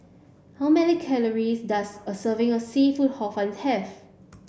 how many calories does a serving of seafood Hor Fun have